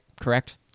Correct